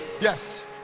Yes